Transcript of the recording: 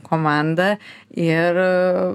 komanda ir